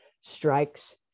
Strikes